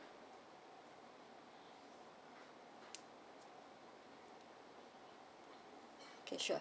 okay sure